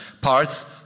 parts